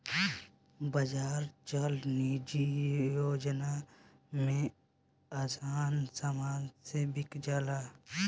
बाजार चल निधी योजना में समान आराम से बिका जाला